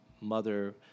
mother